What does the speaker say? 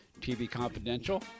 tvconfidential